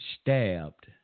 Stabbed